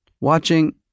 watching